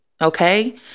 okay